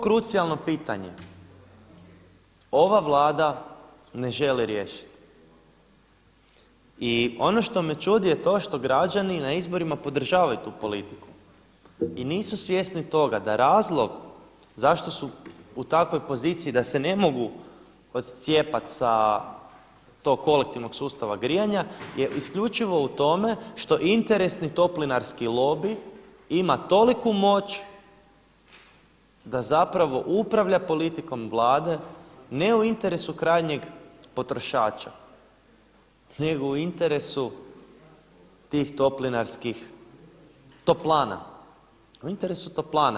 To krucijalno pitanje ova Vlada ne želi riješiti i ono što me čudi je to što građani na izborima podržavaju tu politiku i nisu svjesni toga da razlog zašto su u takvoj poziciji da se ne mogu odcijepat sa tog kolektivnog sustava grijanja je isključivo u tome što interesni toplinarski lobij ima toliku moć da zapravo upravlja politikom Vlade ne u interesu krajnjeg potrošača, nego u interesu tih toplinarskih, toplana, u interesu toplana.